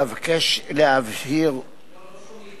אבקש להביא, לא שומעים.